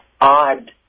odd